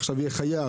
עכשיו תהיה חובה,